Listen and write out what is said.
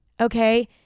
okay